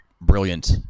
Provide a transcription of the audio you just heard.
brilliant